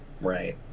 right